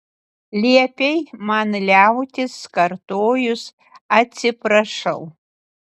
liepei man liautis kartojus atsiprašau